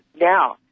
Now